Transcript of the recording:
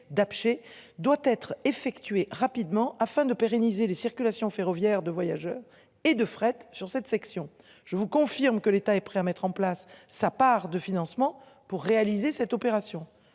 doit être effectuée rapidement afin de pérenniser les circulations ferroviaires de voyageurs et de fret sur cette section, je vous confirme que l'État est prêt à mettre en place sa part de financement pour réaliser cette opération.